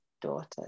daughters